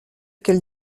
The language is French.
quelle